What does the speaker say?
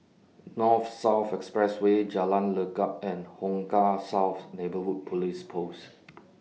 North South Expressway Jalan Lekub and Hong Kah South Neighbourhood Police Post